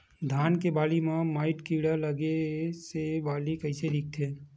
धान के बालि म माईट कीड़ा लगे से बालि कइसे दिखथे?